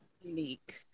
unique